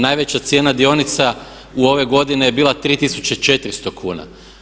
Najveća cijena dionica ove godine je bila 3400 kuna.